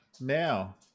now